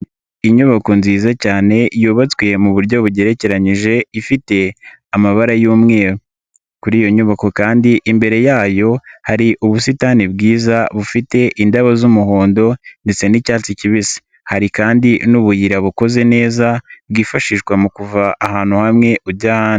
Inyubako nziza cyane yubatswe mu buryo bugerekeranyije ifite amabara y'umweru, kuri iyo nyubako kandi imbere yayo hari ubusitani bwiza bufite indabo z'umuhondo ndetse n'icyatsi kibisi, hari kandi n'ubuyira bukoze neza, bwifashishwa mu kuva ahantu hamwe ujya ahandi.